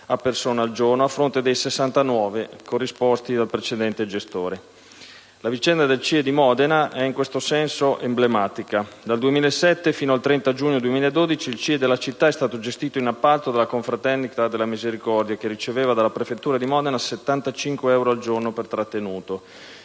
a persona al giorno, a fronte dei 69 euro corrisposti al precedente gestore. La vicenda del CIE di Modena è in questo senso emblematica. Dal 2007 e fino al 30 giugno 2012, il CIE della città è stato gestito in appalto dalla Confraternita della Misericordia, che riceveva dalla prefettura di Modena 75 euro al giorno per trattenuto.